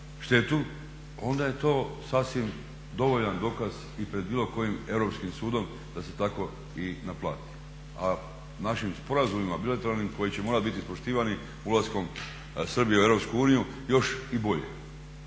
štetu onda je to sasvim dovoljan dokaz i pred bilo kojim Europskim sudom da se tako i naplati. A našim sporazumima bilateralnim koji će morati biti ispoštivani ulaskom Srbije u Europsku uniju još i bolje.